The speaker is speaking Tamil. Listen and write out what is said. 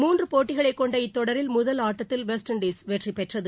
மூன்று போட்டிகளை கொண்ட இத்தொடரில் முதல் ஆட்டத்தில் வெஸ்ட் இண்டீஸ் வெற்றி பெற்றது